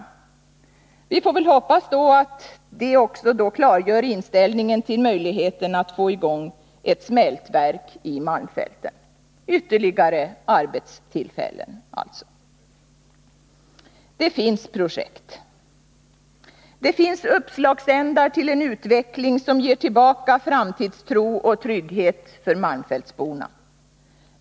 Därmed klargörs också, får vi väl hoppas, inställningen till möjligheterna att få i gång ett smältverk i malmfälten — som alltså innebär ytterligare arbetstillfällen. Det finns projekt. Det finns uppslagsändar till en utveckling som ger tillbaka framtidstro och trygghet för malmfältsborna.